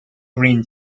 green